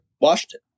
Washington